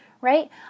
right